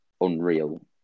unreal